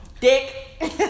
Dick